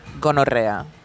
gonorrea